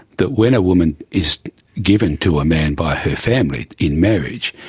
that when a woman is given to a man by her family in marriage,